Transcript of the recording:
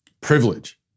privilege